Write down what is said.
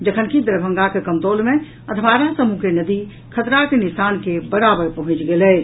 जखनकि दरभंगाक कमतौल मे अधवारा समूह के नदी खतराक निशान के बराबर पहुंचि गेल अछि